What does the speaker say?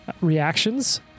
reactions